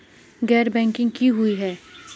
गैर बैंकिंग की हुई है?